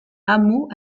hameaux